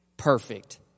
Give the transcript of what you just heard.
perfect